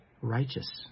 righteous